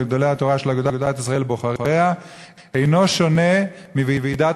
גדולי התורה של אגודת ישראל ובוחריה אינו שונה מוועידת